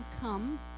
come